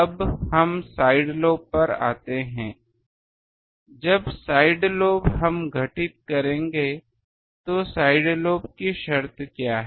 अब हम side lobe पर आते हैं जब साइड लोब हम घटित करेंगे जो साइड लोब की शर्त क्या है